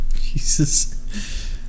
Jesus